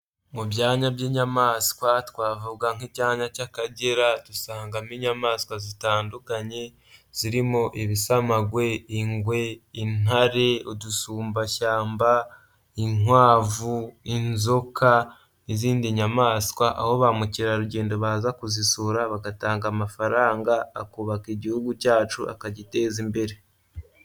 Mu byanya by'inyamaswa twavuga nk'icyanya cy'Akagera dusangamo inyamaswa zitandukanye zirimo ibisamagwe, ingwe, intare, udusumbashyamba, inkwavu, inzoka n'izindi nyamaswa aho ba mukerarugendo baza kuzisura bagatanga amafaranga akubaka igihugu cyacu akagiteza imbere.